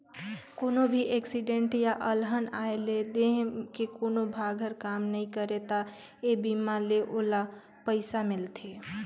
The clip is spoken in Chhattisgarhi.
कोनो भी एक्सीडेंट य अलहन आये ले देंह के कोनो भाग हर काम नइ करे त ए बीमा ले ओला पइसा मिलथे